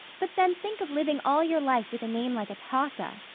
but then think of living all your life with a name like atossa!